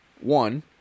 One